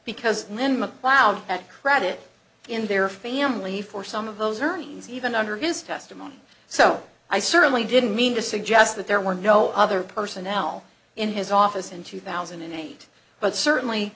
because then macleod and credit in their family for some of those earnings even under his testimony so i certainly didn't mean to suggest that there were no other personnel in his office in two thousand and eight but certainly